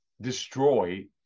destroy